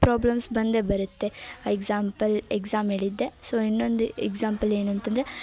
problems ಬಂದೇ ಬರುತ್ತೆ example exam ಹೇಳಿದ್ದೆ ಸೊ ಇನ್ನೊಂದು ಎಕ್ಸಾಂಪಲ್ ಏನಂತಂದರೆ